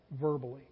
verbally